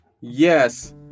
Yes